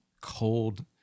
cold